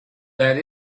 that